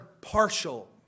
partial